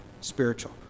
spiritual